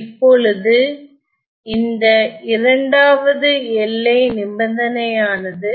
இப்பொழுது இந்த இரண்டாவது எல்லை நிபந்தனை ஆனது